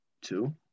Two